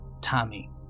Tommy